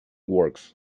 works